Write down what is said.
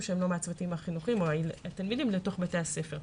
שהם לא מהצוותים החינוכיים לתוך בתי הספר.